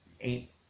eight